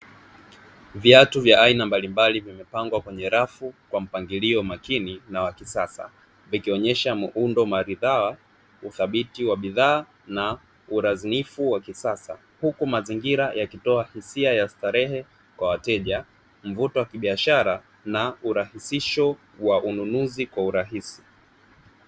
Viatu vya aina mbalimbali vimepangwa kwenye rafu kwa mpangilio makini na wa kisasa vikionyesha muundo maridhaa ,uthabiti wa bidhaa na urazinifu wa kisasa, huku mazingira yakitoa hisia ya starehe kwa wateja mvuto wa kibiashara na urahisisho wa ununuzi kwa urahisi.